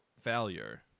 failure